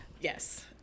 Yes